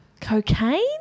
Cocaine